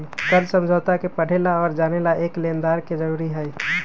कर्ज समझौता के पढ़े ला और जाने ला एक लेनदार के जरूरी हई